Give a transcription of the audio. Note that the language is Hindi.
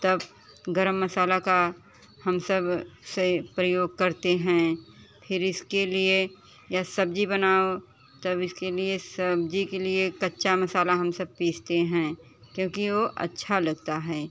तब गरम मसाला का हम सब से प्रयोग करते हैं फिर इसके लिए यह सब्जी बनाओ तब इसके लिए सब्जी के लिए कच्चा मसाला हम सब पीसते हैं क्योंकि वो अच्छा लगता है